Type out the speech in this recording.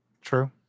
True